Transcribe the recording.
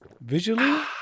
Visually